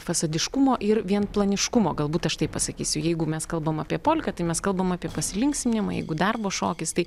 fasadiškumo ir vienplaniškumo galbūt aš taip pasakysiu jeigu mes kalbam apie polką tai mes kalbam apie pasilinksminimą jeigu darbo šokis tai